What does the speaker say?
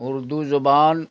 اردو زبان